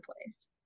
place